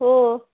हो